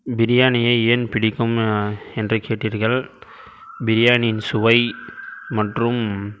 பிரியாணியை ஏன் பிடிக்கும் என்று கேட்டீர்கள் பிரியாணியின் சுவை மற்றும்